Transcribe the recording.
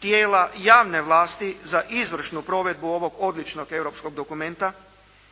tijela javne vlasti za izvršnu provedbu ovog odličnog europskog dokumenta.